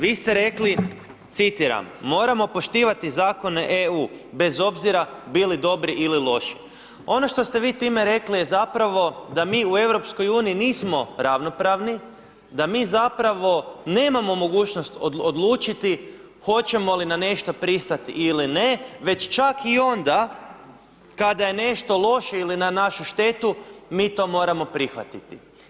Vi ste rekli, citiram: „Moramo poštivati Zakone EU bez obzira bili dobri ili loši.“ Ono što ste vi time rekli je zapravo da mi u Europskoj uniji nismo ravnopravni, da mi zapravo nemamo mogućnost odlučiti hoćemo li na nešto pristati ili ne, već čak i onda kada je nešto lošije ili na našu štetu, mi to moramo prihvatiti.